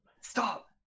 Stop